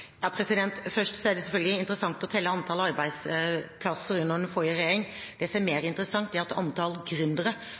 Først: Det er selvfølgelig interessant å telle antall arbeidsplasser under den forrige regjeringen, men det som er mer interessant, er at antall